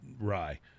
rye